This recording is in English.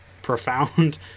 profound